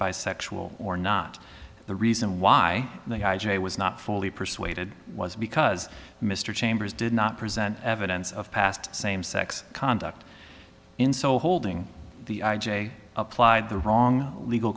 bisexual or not the reason why they i j was not fully persuaded was because mr chambers did not present evidence of past same sex conduct in so holding the i j a applied the wrong legal